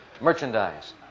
merchandise